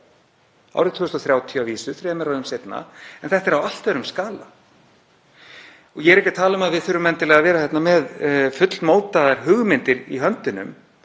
árið 2030 að vísu, þremur árum seinna, en þetta er á allt öðrum skala. Og ég er ekki að tala um að við þurfum endilega að vera hérna með fullmótaðar hugmyndir í höndunum,